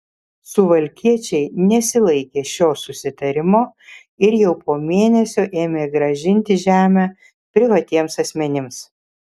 suvalkiečiai nesilaikė šio susitarimo ir jau po mėnesio ėmė grąžinti žemę privatiems asmenims